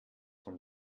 von